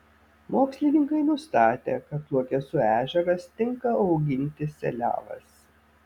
mokslininkai nustatė kad luokesų ežeras tinka auginti seliavas